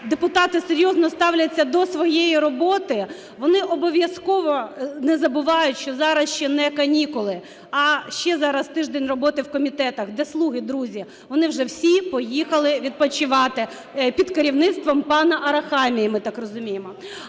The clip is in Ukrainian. депутати серйозно ставляться до своєї роботи, вони обов'язково не забувають, що зараз ще не канікули, а ще зараз тиждень роботи в комітетах. Де "слуги", друзі? Вони вже всі поїхали відпочивати під керівництвом пана Арахамії, ми так розуміємо.